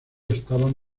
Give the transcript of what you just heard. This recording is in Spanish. estaban